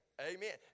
amen